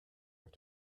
have